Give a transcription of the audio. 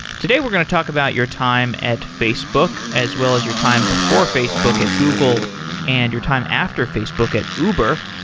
today we're going to talk about your time at facebook as well as your time before facebook at google and your time after facebook at uber,